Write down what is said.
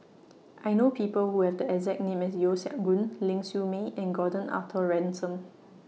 I know People Who Have The exact name as Yeo Siak Goon Ling Siew May and Gordon Arthur Ransome